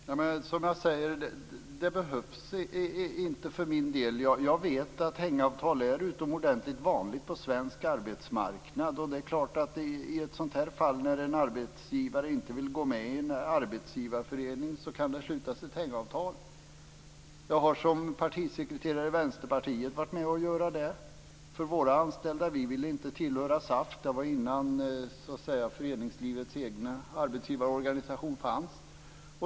Fru talman! Som jag sagt så behövs det inte för min del. Jag vet att hängavtal är utomordentligt vanliga på svensk arbetsmarknad. I ett sådant här fall - alltså när en arbetsgivare inte vill gå med i en arbetsgivarförening - kan det självklart slutas ett hängavtal. Som partisekreterare i Vänsterpartiet har jag varit med om att göra det för våra anställda. Vi ville inte tillhöra SAF - det var innan så att säga föreningslivets egen arbetsgivarorganisation fanns.